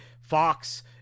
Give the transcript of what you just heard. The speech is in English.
Fox